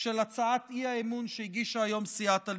של הצעת האי-אמון שהגישה היום סיעת הליכוד.